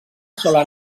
sola